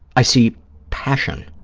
i see passion.